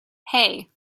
hey